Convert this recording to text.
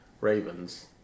Ravens